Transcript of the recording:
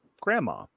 grandma